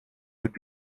would